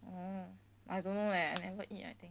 um I don't know leh I never eat I think